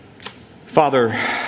Father